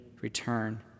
return